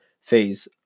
phase